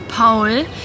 Paul